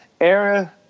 era